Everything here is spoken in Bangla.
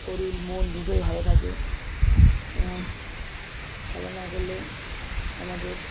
শরীল মন দুটোই ভালো থাকে এবং খেলা না করলে আমাদের